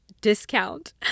discount